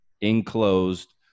enclosed